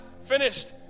finished